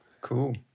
Cool